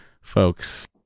folks